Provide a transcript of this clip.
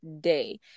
day